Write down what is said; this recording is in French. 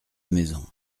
maison